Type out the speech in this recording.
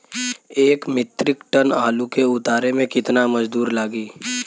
एक metric ton आलू के उतारे मे कितना मजदूर लागि?